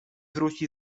wróci